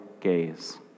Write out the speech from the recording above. gaze